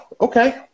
okay